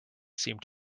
seemed